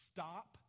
Stop